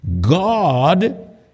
God